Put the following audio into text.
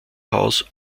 haus